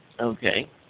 Okay